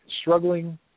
struggling